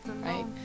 right